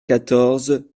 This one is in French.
quatorze